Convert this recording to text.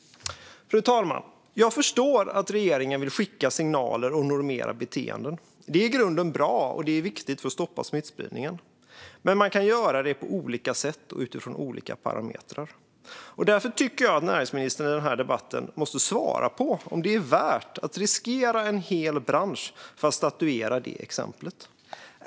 Fru talman! Jag förstår att regeringen vill skicka signaler och normera beteenden. Det är i grunden bra och viktigt för att stoppa smittspridningen. Men man kan göra det på olika sätt och utifrån olika parametrar. Därför tycker jag att näringsministern i den här debatten måste svara på om det värt att riskera en hel bransch för att statuera det exemplet.